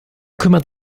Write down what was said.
kümmert